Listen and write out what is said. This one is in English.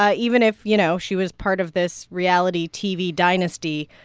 ah even if, you know, she was part of this reality tv dynasty,